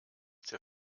der